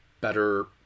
better